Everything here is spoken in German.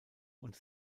und